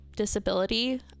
Disability